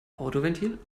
autoventil